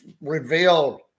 revealed